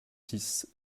six